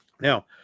Now